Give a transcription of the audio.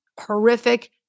horrific